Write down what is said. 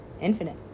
infinite